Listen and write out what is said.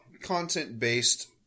content-based